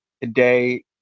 today